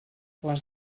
les